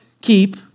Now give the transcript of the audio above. keep